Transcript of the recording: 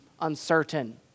uncertain